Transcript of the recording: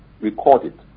recorded